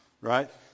right